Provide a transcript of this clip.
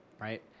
right